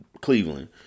Cleveland